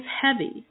heavy